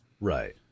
Right